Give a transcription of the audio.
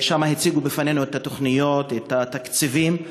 הציגו בפנינו את התוכניות, את התקציבים.